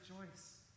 rejoice